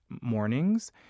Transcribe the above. mornings